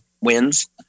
wins